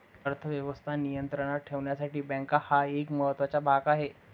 अर्थ व्यवस्था नियंत्रणात ठेवण्यासाठी बँका हा एक महत्त्वाचा भाग आहे